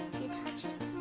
you touch it,